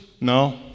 No